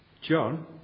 John